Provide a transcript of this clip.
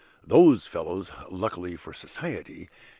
those fellows, luckily for society,